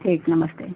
ठीक नमस्ते